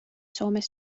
soomes